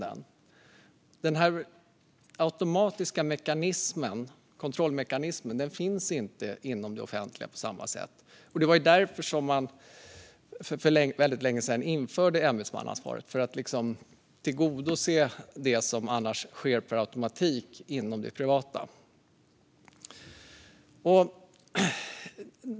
Det finns ingen automatisk kontrollmekanism inom det offentliga på samma sätt. Det var därför som man för väldigt länge sedan införde ämbetsmannaansvaret, för att tillgodose det som annars sker per automatik inom det privata.